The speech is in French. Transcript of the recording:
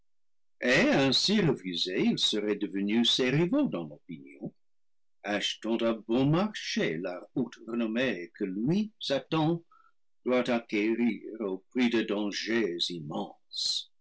ainsi refusés ils seraient devenus ses rivaux dans l'opinion achetant à bon marché la haute renommée que lui satan doit acquérir au prix de dangers immenses